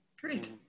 Great